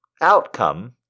outcome